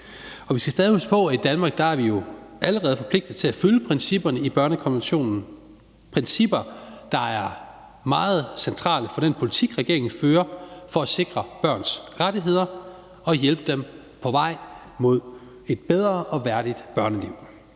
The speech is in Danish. vi skal stadig huske på, at i Danmark er vi jo allerede forpligtet til at følge principperne i børnekonventionen, principper, der er meget centrale for den politik, regeringen fører for at sikre børns rettigheder og hjælpe dem på vej mod et bedre og værdigt børneliv.